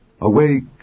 Awake